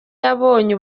yabonye